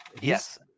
yes